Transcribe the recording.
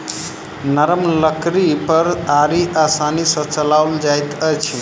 नरम लकड़ी पर आरी आसानी सॅ चलाओल जाइत अछि